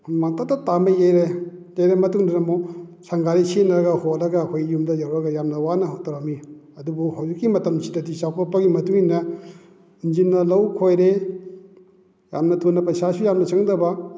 ꯍꯨꯃꯥꯡ ꯇꯞ ꯇꯞ ꯇꯥꯈꯩ ꯌꯩꯔꯦ ꯌꯩꯔ ꯃꯇꯨꯡꯗꯨꯗ ꯑꯃꯨꯛ ꯁꯟ ꯒꯥꯔꯤ ꯁꯤꯖꯤꯟꯅꯔꯒ ꯍꯣꯜꯂꯒ ꯑꯩꯈꯣꯏ ꯌꯨꯝꯗ ꯌꯧꯔꯒ ꯌꯥꯝꯅ ꯋꯥꯅ ꯇꯧꯔꯝꯃꯤ ꯑꯗꯨꯕꯨ ꯍꯧꯖꯤꯛꯀꯤ ꯃꯇꯝꯁꯤꯗꯗꯤ ꯆꯥꯎꯈꯠꯄꯒꯤ ꯃꯇꯨꯡ ꯏꯟꯅ ꯏꯟꯖꯤꯟꯅ ꯂꯧ ꯈꯣꯏꯔꯦ ꯌꯥꯝꯅ ꯊꯨꯅ ꯄꯩꯁꯥꯁꯨ ꯌꯥꯝꯅ ꯆꯪꯗꯕ